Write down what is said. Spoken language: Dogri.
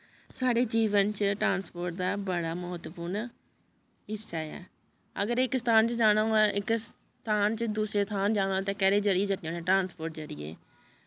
साढ़े जीवन च ट्रांस्पोर्ट दा बड़ा म्हत्तवपूर्ण हिस्सा ऐ अगर इक स्थान च जाना होऐ इक स्थान चा दूसरे स्थान च जाना होऐ ते कैह्दे च चढ़ियै जन्ने होन्नें ट्रांस्पोर्ट च चढ़ियै